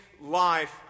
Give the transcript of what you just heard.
Life